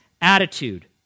attitude